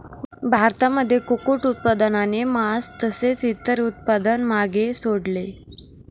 भारतामध्ये कुक्कुट उत्पादनाने मास तसेच इतर उत्पादन मागे सोडले